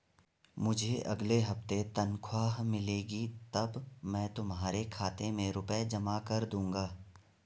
मुझे अगले हफ्ते तनख्वाह मिलेगी तब मैं तुम्हारे खाते में रुपए जमा कर दूंगा